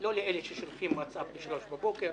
לא לאלה ששולחים ווטסאפ ב-03:00 בבוקר,